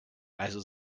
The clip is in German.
also